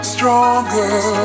Stronger